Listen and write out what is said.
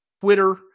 Twitter